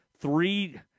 three